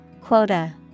Quota